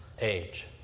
age